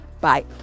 Bye